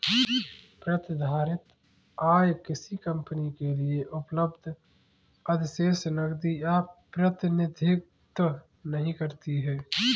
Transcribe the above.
प्रतिधारित आय किसी कंपनी के लिए उपलब्ध अधिशेष नकदी का प्रतिनिधित्व नहीं करती है